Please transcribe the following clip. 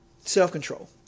self-control